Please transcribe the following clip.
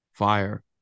fire